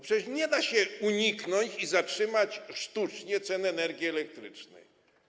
Przecież nie da się tego uniknąć i zatrzymać sztucznie cen energii elektrycznej.